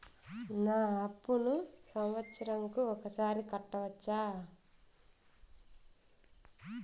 నా అప్పును సంవత్సరంకు ఒకసారి కట్టవచ్చా?